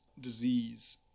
disease